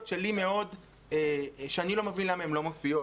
שאני לא מבין למה הן לא מופיעות.